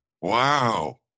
Wow